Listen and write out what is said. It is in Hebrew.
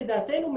לדעתנו,